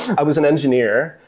i was an engineer.